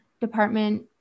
Department